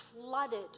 flooded